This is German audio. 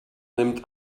nimmt